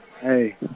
Hey